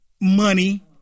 money